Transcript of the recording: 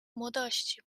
młodości